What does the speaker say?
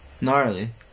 Gnarly